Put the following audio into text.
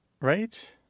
right